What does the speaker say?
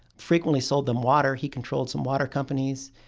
frequently sold them water. he controlled some water companies.